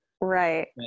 right